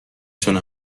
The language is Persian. تونه